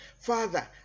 father